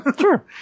Sure